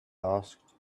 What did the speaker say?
asked